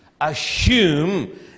assume